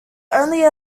only